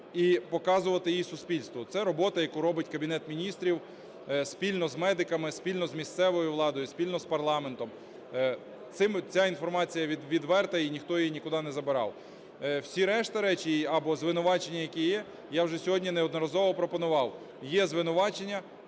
і показувати її суспільству. Це робота, яку робить Кабінет Міністрів спільно з медиками, спільно з місцевою владою, спільно з парламентом. Ця інформація відверта і ніхто її нікуди не забирав. Всі решта речі або звинувачення, які є, я вже сьогодні неодноразово пропонував: є звинувачення